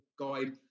guide